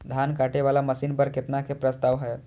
धान काटे वाला मशीन पर केतना के प्रस्ताव हय?